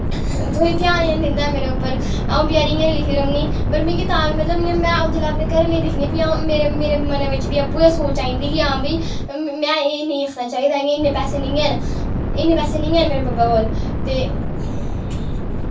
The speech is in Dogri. कोई ध्यान निं दिंदा ऐ मेरे उप्पर अ'ऊं बचैरी इ'यां लिखदी रौह्न्नी पर मिगी तां बी मतलब में अ'ऊं जेल्लै घरै आह्लें गी दिक्खनी भी अ'ऊं मेरे मनै बिच बी आपूं गै सोच आई जंदी कि आं भाई आं में एह् निं आखना चाहि्दा इ'न्ने पैसे निं हैन इ'न्ने पैसे निं हैन मेरे ब'ब्बै कोल ते